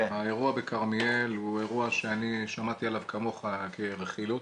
האירוע בכרמיאל הוא אירוע שאני שמעתי עליו כמוך כרכילות,